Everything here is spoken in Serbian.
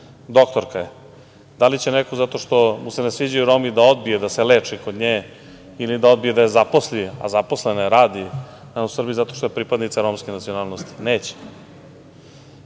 doktorka je. Da li će neko zato što mu se ne sviđaju Romi da odbije da se leči kod nje ili da je odbije da je zaposli, a zaposlena je, radi, ali ne u Srbiji, zato što je pripadnica romske nacionalnosti? Neće.